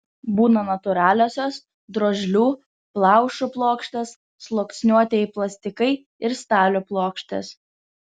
būna natūraliosios drožlių plaušų plokštės sluoksniuotieji plastikai ir stalių plokštės